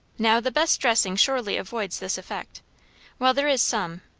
now the best dressing surely avoids this effect while there is some,